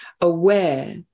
aware